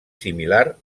similar